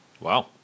Wow